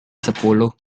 sepuluh